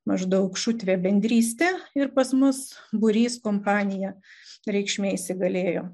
maždaug šutvė bendrystė ir pas mus būrys kompanija reikšmė įsigalėjo